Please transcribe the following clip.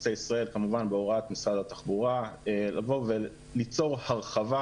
חוצה ישראל כמובן בהוראת משרד התחבורה ליצור הרחבה,